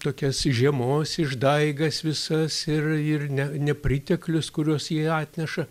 tokias žiemos išdaigas visas ir ir ne nepriteklius kuriuos ji atneša